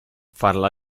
farla